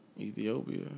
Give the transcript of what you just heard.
Ethiopia